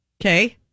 Okay